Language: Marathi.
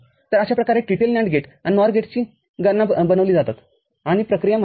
तरअशा प्रकारे TTL NAND गेट्सआणि NOR गेट्स बनविले जातात आणि प्रक्रिया माहीत आहे